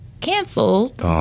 canceled